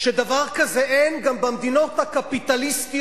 ודבר כזה אין גם במדינות הקפיטליסטיות